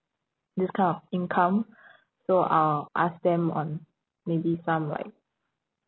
this kind of income so I'll ask them on maybe some like